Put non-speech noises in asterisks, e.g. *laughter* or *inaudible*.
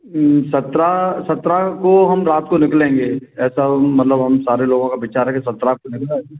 सत्रह सत्रह को हम रात को निकलेंगे ऐसा वो मतलब हम सारे लोगों का विचार है कि सत्रह को *unintelligible*